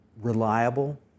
reliable